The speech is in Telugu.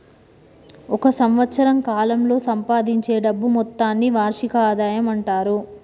ఒక సంవత్సరం కాలంలో సంపాదించే డబ్బు మొత్తాన్ని వార్షిక ఆదాయం అంటారు